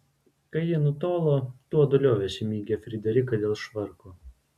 kai ji nutolo tuodu liovėsi mygę frideriką dėl švarko